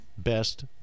best